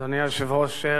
אדוני היושב-ראש,